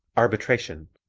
arbitration